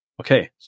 Okay